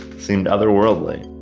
seemed otherworldly